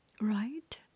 right